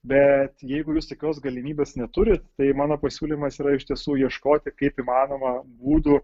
bet jeigu jūs tokios galimybės neturit tai mano pasiūlymas yra iš tiesų ieškoti kaip įmanoma būdų